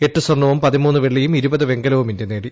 എട്ട് സ്വർണ്ണവും പതിമൂന്ന് വെള്ളിയും ഇരുപത് വെങ്കലവും ഇന്ത്യ നേടി